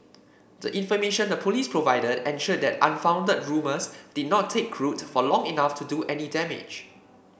the information the Police provided ensured that unfounded rumours did not take root for long enough to do any damage